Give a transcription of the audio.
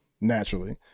naturally